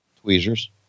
Tweezers